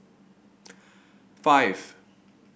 five